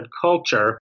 culture